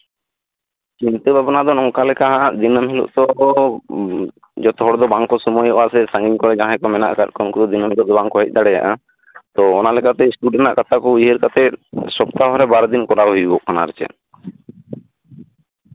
ᱪᱤᱱᱛᱟᱹ ᱵᱷᱟᱵᱱᱟ ᱫᱚ ᱱᱚᱝᱠᱟ ᱞᱮᱠᱟ ᱫᱤᱱᱟᱹᱢ ᱦᱤᱞᱳᱜ ᱡᱚᱛᱚᱦᱚᱲ ᱥᱮ ᱵᱟᱝ ᱠᱚ ᱥᱚᱢᱚᱭᱚᱜᱼᱟ ᱥᱟ ᱜᱤᱧ ᱨᱮᱱ ᱡᱟᱦᱟᱭ ᱠᱚ ᱢᱮᱱᱟᱜ ᱠᱟᱜ ᱠᱚᱣᱟ ᱩᱱᱠᱩ ᱫᱚ ᱫᱤᱟᱹᱢ ᱦᱤᱞᱳᱜ ᱫᱚ ᱵᱟᱝᱠᱚ ᱦᱮᱡ ᱫᱟᱲᱮᱭᱟᱜᱼᱟ ᱛᱳ ᱚᱱᱟ ᱞᱮᱠᱟᱛᱮ ᱤᱥᱴᱩᱰᱮᱱᱴ ᱟᱜ ᱠᱟᱛᱷᱟ ᱠᱚ ᱩᱭᱦᱟᱹᱨ ᱠᱟᱛᱮᱜ ᱥᱚᱯᱛᱟᱦᱚᱨᱮ ᱵᱟᱨᱫᱤᱱ ᱠᱚᱨᱟᱣ ᱦᱩᱭᱩᱜ ᱠᱟᱱᱟ ᱟᱨ ᱪᱮᱫ